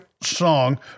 song